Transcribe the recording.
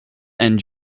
and